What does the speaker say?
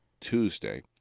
Tuesday